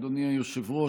אדוני היושב-ראש,